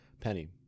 Penny